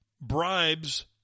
bribes